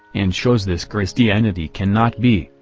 and shows this christianity cannot be,